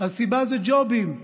הסיבה היא ג'ובים.